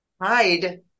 hide